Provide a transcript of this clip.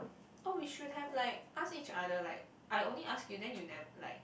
oh we should have like asked each other like I only asked you then you never like